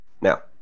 now